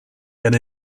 and